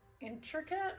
intricate